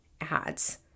ads